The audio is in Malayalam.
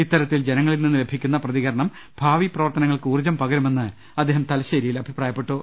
ഇത്തരത്തിൽ ജന ങ്ങളിൽനിന്ന് ലഭിക്കുന്ന പ്രതികരണം ഭാവി പ്രവർത്തന ങ്ങൾക്ക് ഊർജ്ജം പകരുമെന്നും അദ്ദേഹം തലശ്ശേരിയിൽ പറഞ്ഞു